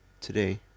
today